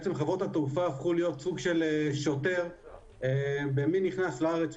בעצם חברות התעופה הפכו להיות סוג של שוטר במי נכנס לארץ,